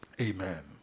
Amen